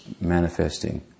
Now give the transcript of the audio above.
manifesting